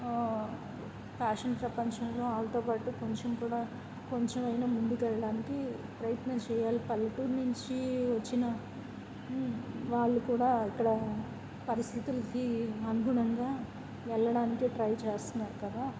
fashion ప్రపంచంలో వాళ్ళతో పాటు కొంచెం కూడా కొంచెమైనా ముందుకు వెళ్ళడానికి ప్రయత్నం చేయాలి పల్లెటూరు నుంచి వచ్చిన వాళ్ళు కూడా ఇక్కడ పరిస్థితులకి అనుగుణంగా వెళ్ళడానికి ట్రై చేస్తున్నారు తవా